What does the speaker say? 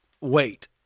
wait